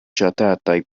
ŝatataj